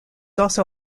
also